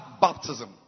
baptism